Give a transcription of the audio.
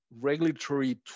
regulatory